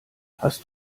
hast